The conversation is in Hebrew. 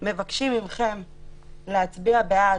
מבקשים מכם להצביע בעד,